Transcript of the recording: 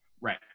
right